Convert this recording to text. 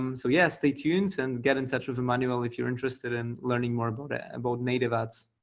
um so yes, stay tuned and get in touch with emmanuel if you're interested in learning more but about native ads.